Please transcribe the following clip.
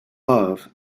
love